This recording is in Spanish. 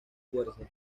fuerza